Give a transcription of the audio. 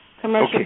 commercial